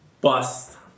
bust